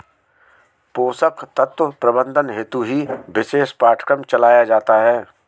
पोषक तत्व प्रबंधन हेतु ही विशेष पाठ्यक्रम चलाया जाता है